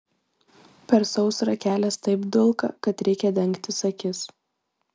per sausrą kelias taip dulka kad reikia dengtis akis